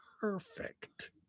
perfect